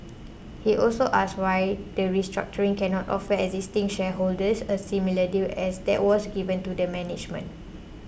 he also asked why the restructuring cannot offer existing shareholders a similar deal as that was given to the management